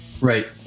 Right